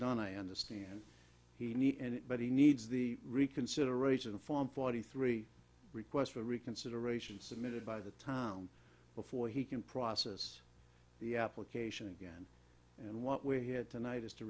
done i understand he need it but he needs the reconsideration form forty three requests for reconsideration submitted by the town before he can process the application again and what we're here tonight is to